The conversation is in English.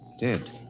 Dead